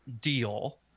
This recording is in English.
deal